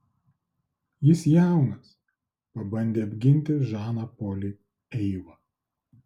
jis jaunas pabandė apginti žaną polį eiva